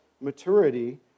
maturity